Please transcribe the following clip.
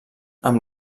amb